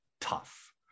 tough